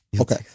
Okay